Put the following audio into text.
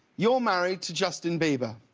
you're married to justin bieber.